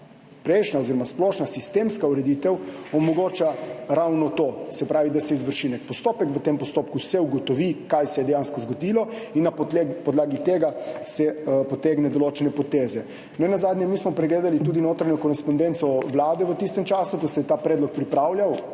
prejšnja oziroma splošna sistemska ureditev omogoča ravno to, da se izvrši nek postopek, v tem postopku se ugotovi, kaj se je dejansko zgodilo in na podlagi tega se potegne določene poteze. Nenazadnje, mi smo pregledali tudi notranjo korespondenco Vlade v tistem času, ko se je ta predlog pripravljal,